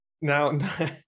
Now